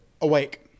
awake